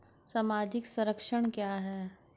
सामाजिक संरक्षण क्या है?